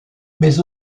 mais